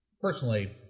Personally